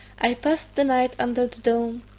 i passed the night under the dome.